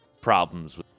problems